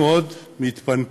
ואנחנו עוד מתפנקים: